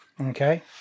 Okay